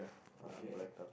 okay